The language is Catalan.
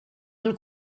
del